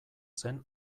zen